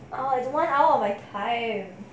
oh 怎么熬 my thigh